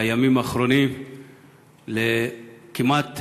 בימים האחרונים זה כמעט